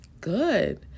good